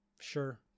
sure